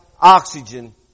oxygen